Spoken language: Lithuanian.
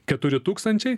keturi tūkstančiai